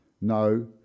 No